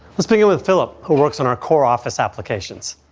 let's begin with phillip, who works on our core office applications.